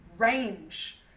range